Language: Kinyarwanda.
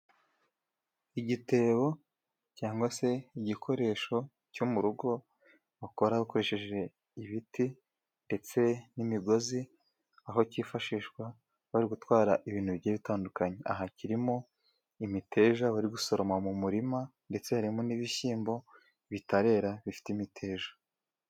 Igitebo cyangwa se igikoresho cyo mu rugo, bakora bakoresheje ibiti ndetse n'imigozi, aho cyifashishwa bari gutwara ibintu bigiye bitandukanye. Aha kirimo imiteja, bari gusoroma mu murima. Ndetse harimo n'ibishyimbo bitarera bifite imiteja.